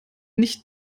nicht